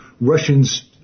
Russians